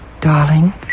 Darling